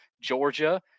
Georgia